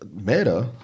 Meta